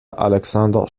alexander